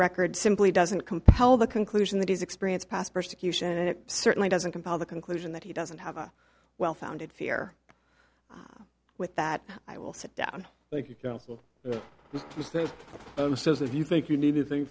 record simply doesn't compel the conclusion that his experience past persecution and it certainly doesn't compel the conclusion that he doesn't have a well founded fear with that i will sit down thank you oh says if you think you need a thing